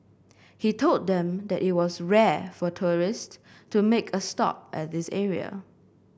he told them that it was rare for tourists to make a stop at this area